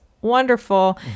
wonderful